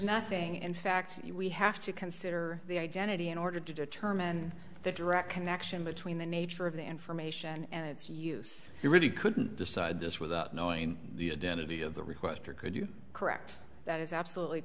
nothing in fact we have to consider the identity in order to determine the direct connection between the nature of the information and its use he really couldn't decide this without knowing the identity of the requester could you correct that is absolutely